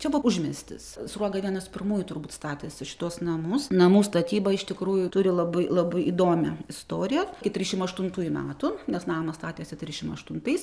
čia buvo užmiestis sruoga vienas pirmųjų turbūt statėsi šituos namus namų statyba iš tikrųjų turi labai labai įdomią istoriją iki trišim aštuntųjų metų nes namą statėsi trišim aštuntais